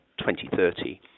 2030